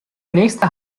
nächster